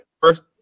first